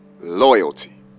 Loyalty